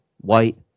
White